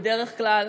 בדרך כלל,